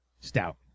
stout